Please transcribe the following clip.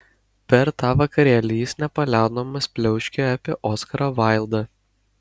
per tą vakarėlį jis nepaliaudamas pliauškė apie oskarą vaildą